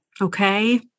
Okay